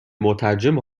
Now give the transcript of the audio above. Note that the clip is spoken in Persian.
مترجم